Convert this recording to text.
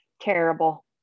Terrible